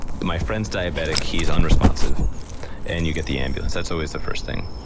my friend's diabetic, he's unresponsive and you get the ambulance. that's always the first thing.